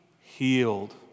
healed